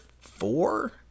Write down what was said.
four